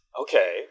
Okay